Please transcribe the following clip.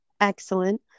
excellent